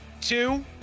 two